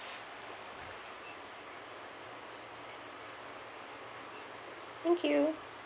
thank you